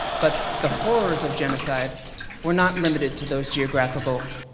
but the horrors of genocide were not limited to those geographical